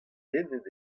dennet